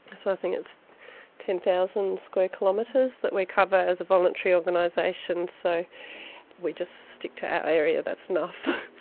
ah so i think it's ten thousand square kilometres that we cover as a voluntary organisation. so we just stick to our area, that's enough.